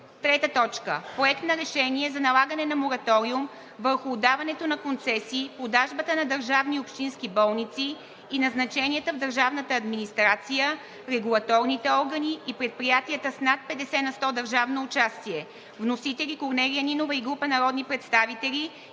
Иванов. 3. Проект на решение за налагане на мораториум върху отдаването на концесии, продажбата на държавни общински болници и назначенията в държавната администрация, регулаторните органи и предприятията в над 50% държавно участие. Вносители – Корнелия Нинова и група народни представители.